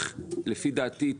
לפי דעתי,